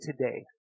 today